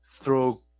throw